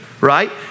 right